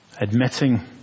admitting